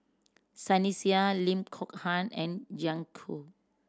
Sunny Sia Lim Kok Ann and Jiang Hu